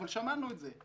אבל שמענו את זה.